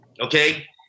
Okay